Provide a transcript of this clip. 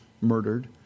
murdered